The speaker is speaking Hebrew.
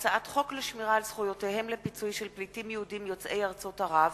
הצעת חוק לשמירה על זכויותיהם לפיצוי של פליטים יהודים יוצאי ארצות ערב,